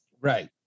Right